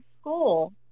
school